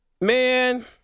Man